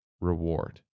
reward